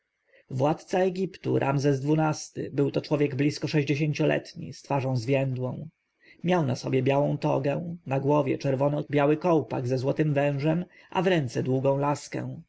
władca egiptu ramzes xii-ty był to człowiek blisko sześćdziesięcioletni z twarzą zwiędłą miał na sobie białą togę na głowie czerwono-biały kołpak ze złotym wężem w ręce długą laskę